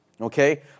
Okay